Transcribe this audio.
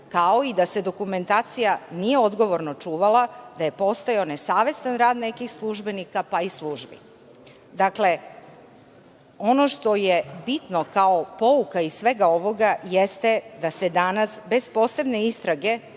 kao i da se dokumentacija nije odgovorno čuvala, da je postojao nesavestan rad nekih službenika, pa i službi. Dakle, ono što je bitno kao pouka iz svega ovoga jeste da se danas bez posebne istrage